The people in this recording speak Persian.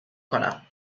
کنم